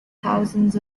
thousands